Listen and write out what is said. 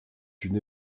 une